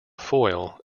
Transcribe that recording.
foil